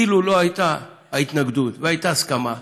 אילולא הייתה ההתנגדות והייתה הסכמה,